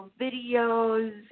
videos